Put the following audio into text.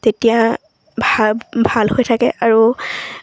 তেতিয়া ভাল ভাল হৈ থাকে আৰু